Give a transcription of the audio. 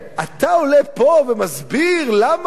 אתה עומד פה ומסביר למה,